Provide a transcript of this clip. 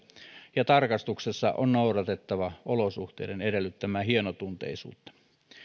ja tarkastuksessa on noudatettava olosuhteiden edellyttämää hienotunteisuutta